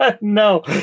no